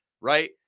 right